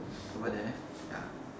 over there ya